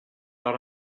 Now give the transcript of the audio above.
par